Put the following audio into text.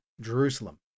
Jerusalem